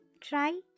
try